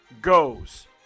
goes